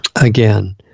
again